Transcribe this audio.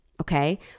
Okay